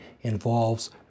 involves